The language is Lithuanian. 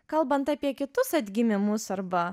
kalbant apie kitus atgimimus arba